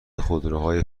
خودروهای